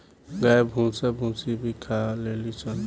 गाय भूसा भूसी भी खा लेली सन